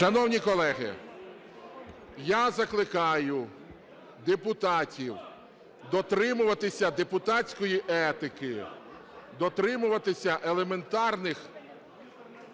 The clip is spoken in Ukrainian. Шановні колеги, я закликаю депутатів дотримуватися депутатської етики, дотримуватися елементарних